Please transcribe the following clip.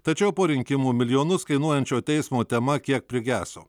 tačiau po rinkimų milijonus kainuojančio teismo tema kiek prigeso